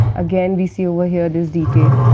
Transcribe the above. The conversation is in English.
again we see over here, this detail.